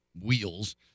wheels